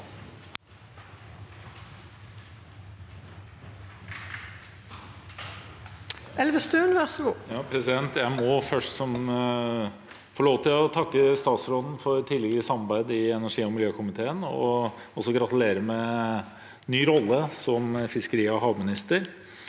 til å takke statsråden for tidligere samarbeid i energi- og miljøkomiteen og så gratulere med ny rolle som fiskeriog havminister.